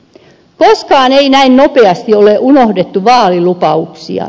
koskaan ei näin nopeasti ole unohdettu vaalilupauksia